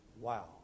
Wow